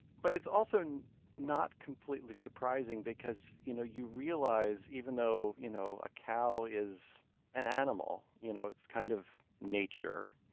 but it's also not completely surprising because, you know, you realize even though, you know, a cow is an animal, you know, it's kind of nature,